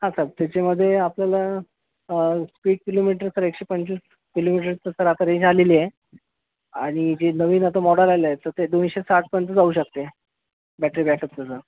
हा सर त्याच्यामध्ये आपल्याला स्पीड किलोमीटर तर एकशे पंचवीस किलोमीटर सर आता रेंज आलेली आहे आणि जे नवीन आता मॉडल आलं आहे तर ते दोनशे साठपर्यंत जाऊ शकते बॅटरी बॅकअप त्याचं